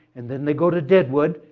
and then they go to deadwood,